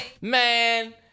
Man